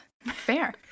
fair